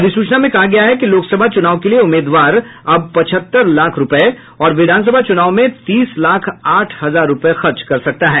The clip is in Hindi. अधिसूचना में कहा गया है कि लोकसभा चुनाव के लिए उम्मीदवार अब पचहत्तर लाख रुपये और विधानसभा चुनाव में तीस लाख आठ हजार रुपये खर्च कर सकता है